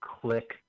Click